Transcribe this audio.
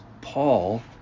Paul